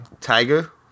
Tiger